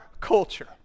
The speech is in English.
culture